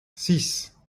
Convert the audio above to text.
six